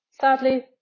Sadly